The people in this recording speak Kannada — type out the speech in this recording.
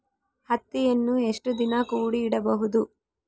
ಹತ್ತಿಯನ್ನು ಎಷ್ಟು ದಿನ ಕೂಡಿ ಇಡಬಹುದು?